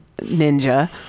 ninja